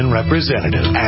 representative